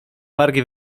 wargi